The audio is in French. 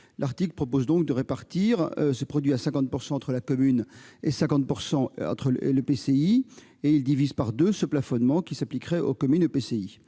L'article prévoit de répartir ce produit à 50 % pour la commune et 50 % pour l'EPCI et divise par deux le plafonnement qui s'appliquerait aux communes et